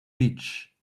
beach